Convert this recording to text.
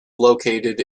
located